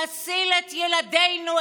להציל את ילדינו,